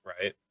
Right